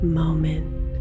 moment